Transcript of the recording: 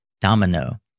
domino